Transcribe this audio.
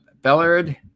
Bellard